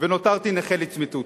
ונותרתי נכה לצמיתות.